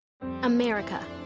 America